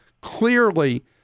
clearly